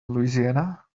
louisiana